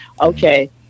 okay